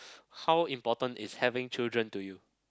how important is having children to you